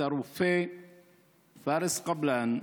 את הרופא פארס קבלאן,